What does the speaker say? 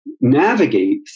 navigate